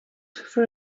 for